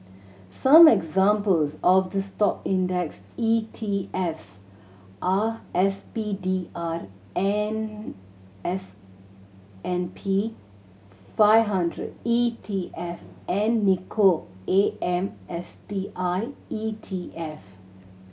some examples of the Stock index E T Fs are S P D R and S and P five hundred E T F and Nikko A M S T I E T F